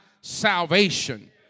salvation